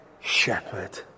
shepherd